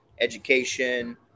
education